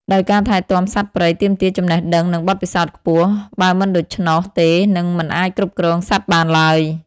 ដោយការថែទាំសត្វព្រៃទាមទារចំណេះដឹង និងបទពិសោធន៍ខ្ពស់ បើមិនដូច្នោះទេនិងមិនអាចគ្រប់គ្រងសត្វបានឡើយ។